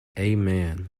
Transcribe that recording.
amen